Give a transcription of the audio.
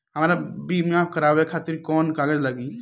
हमरा बीमा करावे खातिर कोवन कागज लागी?